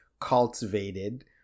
cultivated